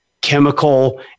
chemical